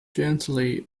gently